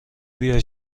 بیای